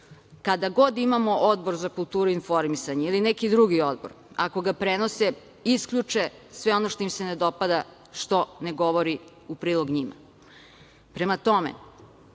njih. Kada god imamo Odbor za kulturu i informisanje ili neki drugi odbor, ako ga prenose isključe sve ono što im se ne dopada, što ne govori u prilog njima. Prema tome,